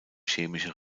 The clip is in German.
chemische